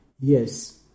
Yes